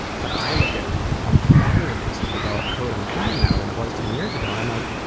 but i look at how much better it is to develop code on the frontend now than it was ten years ago and i'm like,